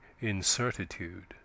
incertitude